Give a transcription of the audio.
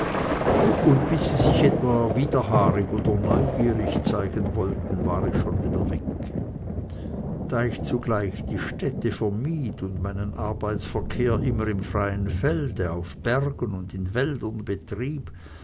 und bis sie sich etwa widerhaarig oder neugierig zeigen wollten war ich schon wieder weg da ich zugleich die städte vermied und meinen arbeitsverkehr immer im freien felde auf bergen und in wäldern betrieb